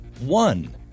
one